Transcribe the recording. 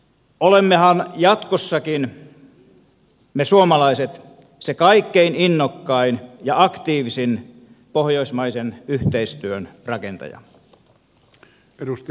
olemmehan jatkossakin me suomalaiset se kaikkein innokkain ja aktiivisin pohjoismaisen yhteistyön rakentajana